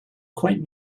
quite